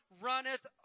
runneth